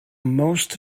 most